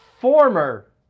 former